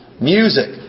music